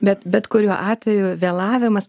bet bet kuriuo atveju vėlavimas